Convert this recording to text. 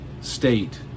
state